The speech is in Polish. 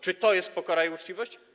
Czy to jest pokora i uczciwość?